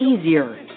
easier